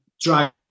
drive